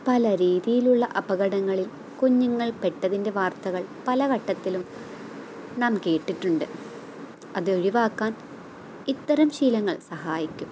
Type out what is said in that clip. പല രീതിയിലുള്ള അപകടങ്ങളിൽ കുഞ്ഞുങ്ങൾ പ്പെട്ടതിൻ്റെ വാർത്തകൾ പല വട്ടത്തിലും നാം കേട്ടിട്ടുണ്ട് അതൊഴിവാക്കാൻ ഇത്തരം ശീലങ്ങൾ സഹായിക്കും